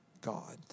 God